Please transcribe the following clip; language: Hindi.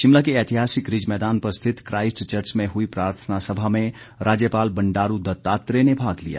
शिमला के ऐतिहासिक रिज मैदान पर स्थित क्राइस्ट चर्च में हुई प्रार्थना सभा में राज्यपाल बंडारू दत्तात्रेय ने भाग लिया